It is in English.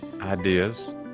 ideas